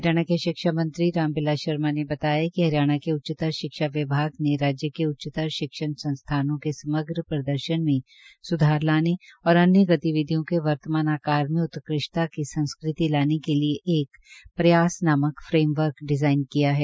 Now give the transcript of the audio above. हरियाणा के शिक्षा मंत्री श्री राम बिलास शर्मा ने बताया कि हरियाणा के उच्चतर शिक्षा विभाग ने राज्य के उच्चतर शिक्षण संस्थानों के समग्र प्रदर्शन में स्धार लाने और अन्य गतिविधियों के वर्तमान आकार में उत्कृष्टता की संस्कृति लाने के लिए एक प्रयास नामक फ्रेमवर्क डिजाइन किया है